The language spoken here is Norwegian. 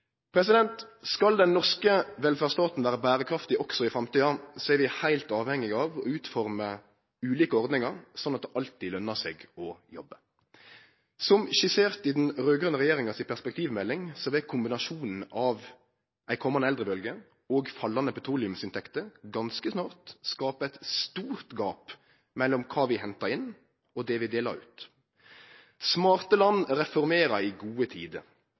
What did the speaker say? Skal den norske velferdsstaten vere berekraftig også i framtida, er vi heilt avhengige av å utforme ulike ordningar, sånn at det alltid lønner seg å jobbe. Som skissert i den raud-grøne regjeringas perspektivmelding, vil kombinasjonen av ei komande eldrebølge og fallande petroleumsinntekter ganske snart skape eit stort gap mellom kva vi hentar inn, og kva vi deler ut. Smarte land reformerer i gode tider.